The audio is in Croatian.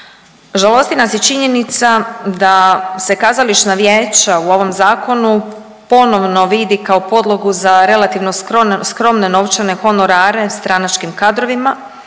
žalosti nas i činjenica da se Kazališna vijeća u ovom zakonu ponovno vidi kao podlogu za relativno skromne novčane honorare stranačkim kadrovima